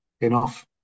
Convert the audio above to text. enough